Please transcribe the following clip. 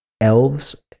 elves